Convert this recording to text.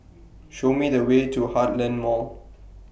Show Me The Way to Heartland Mall